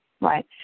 right